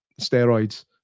steroids